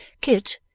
Kit